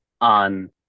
on